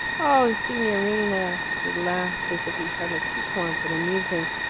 oh, signorina! he laughed, as if he found her piquant and amusing.